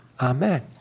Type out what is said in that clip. Amen